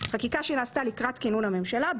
חקיקה שנעשתה לקראת כינון הממשלה,